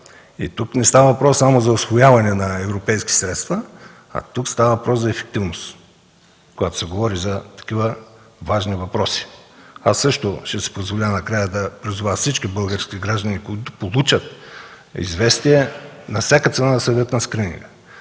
Тук не става въпрос само за усвояване на европейските средства, тук става въпрос за ефективност, когато се говори за такива важни въпроси. Накрая ще си позволя да призова всички български граждани, които получат известие, на всяка цена да се явят на скрининга.